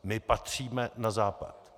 My patříme na Západ.